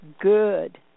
good